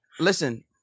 Listen